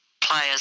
players